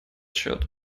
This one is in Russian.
счет